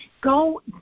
go